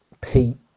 Pete